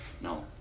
No